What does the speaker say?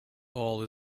all